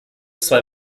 zwei